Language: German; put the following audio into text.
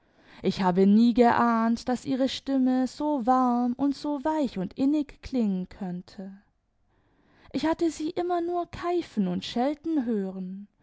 ich habe nie geahnt daß ihre stimme so warm und so weich und innig klingen könnte ich hatte sie immer nur keifen und